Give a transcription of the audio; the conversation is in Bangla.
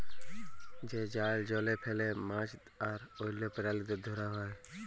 যে জাল জলে ফেলে মাছ আর অল্য প্রালিদের ধরা হ্যয়